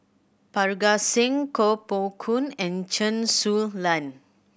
Parga Singh Koh Poh Koon and Chen Su Lan